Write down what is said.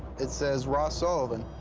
it says ross sullivan.